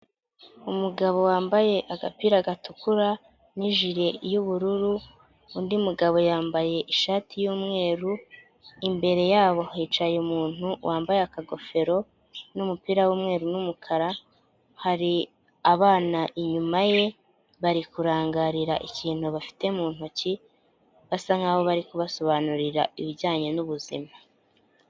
Umugabo wambaye agapira gatukura, n'ijiri y'ubururu, undi mugabo yambaye ishati y'umweru, imbere yabo hicaye umuntu wambaye akagofero n'umupira w'umweru n'umukara, hari abana inyuma ye, bari kurangarira ikintu bafite mu ntoki, basa nk'aho bari kubasobanurira ibijyanye n'ubuzima.